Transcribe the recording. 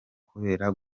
kubera